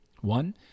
One